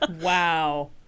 wow